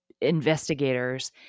investigators